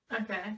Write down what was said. okay